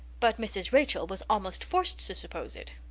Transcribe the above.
but mrs. rachel was almost forced to suppose it.